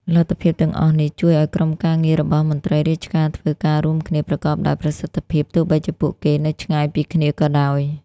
លទ្ធភាពទាំងអស់នេះជួយឲ្យក្រុមការងាររបស់មន្ត្រីរាជការធ្វើការរួមគ្នាប្រកបដោយប្រសិទ្ធភាព ទោះបីជាពួកគេនៅឆ្ងាយពីគ្នាក៏ដោយ។